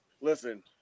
listen